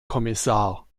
kommissar